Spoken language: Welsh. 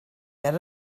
ger